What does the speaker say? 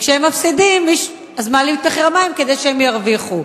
וכשהם מפסידים אז מעלים את מחיר המים כדי שהם ירוויחו.